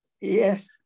Yes